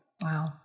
Wow